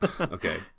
Okay